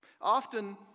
Often